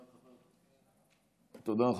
תודה.